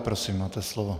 Prosím, máte slovo.